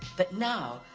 but now,